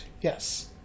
Yes